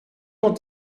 dans